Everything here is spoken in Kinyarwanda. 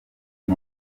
iri